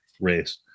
race